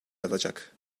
alacak